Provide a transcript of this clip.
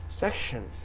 section